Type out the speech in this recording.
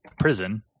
prison